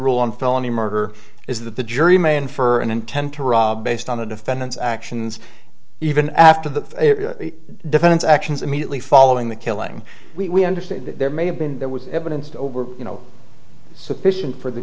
rule on felony murder is that the jury may infer an intent to rob based on the defendant's actions even after the defendant's actions immediately following the killing we understand that there may have been there was evidence to over you know sufficient